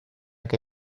que